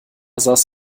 saß